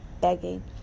Begging